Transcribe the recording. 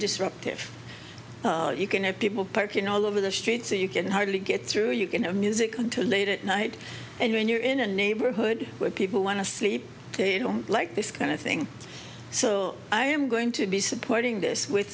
disruptive you can have people parking all over the street so you can hardly get through you can have music until late at night and when you're in a neighborhood where people want to sleep they don't like this kind of thing so i am going to be supporting this with